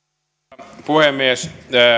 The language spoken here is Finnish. arvoisa puhemies